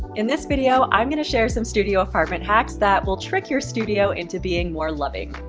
in this video, i'm going to share some studio apartment hacks that will trick your studio into being more, loving.